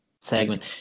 segment